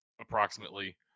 approximately